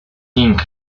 king